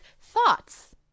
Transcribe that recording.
thoughts